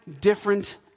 different